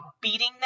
beating